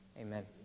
Amen